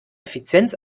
effizienz